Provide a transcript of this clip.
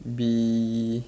be